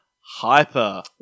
hyper